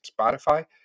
Spotify